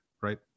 right